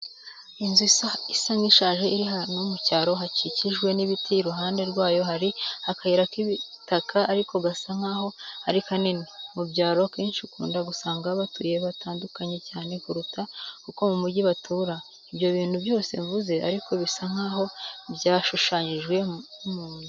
Inzu isa nk'ishaje iri ahantu mu cyaro hakikijwe n'ibiti, iruhande rwayo hari akayira k'ibitaka ariko gasa nkaho ari kanini. Mu byaro akenshi ukunda gusanga batuye batandukanye cyane kuruta uko mu mugi batura. Ibyo bintu byose mvuze ariko bisa nkaho byashushanyijwe n'umuntu.